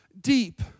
deep